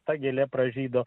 ta gėlė pražydo